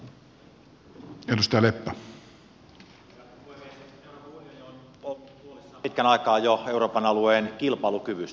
euroopan unioni on ollut huolissaan jo pitkän aikaa euroopan alueen kilpailukyvystä